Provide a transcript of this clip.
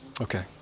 Okay